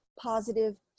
positive